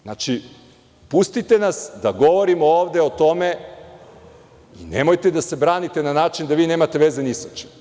Znači, pustite nas da govorimo ovde o tome, nemojte da se branite na način da vi nemate veze ni sa čim.